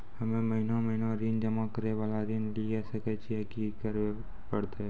हम्मे महीना महीना ऋण जमा करे वाला ऋण लिये सकय छियै, की करे परतै?